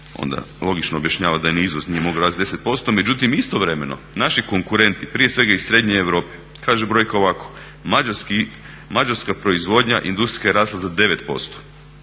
onda logično objašnjava da ni izvoz nije mogao rasti 10%. Međutim istovremeno naši konkurenti, prije svega iz srednje Europe, kaže brojka ovako: mađarska proizvodnja industrijska je rasla za 9%,